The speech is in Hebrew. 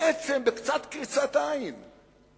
בעצם, בקצת קריצת עין,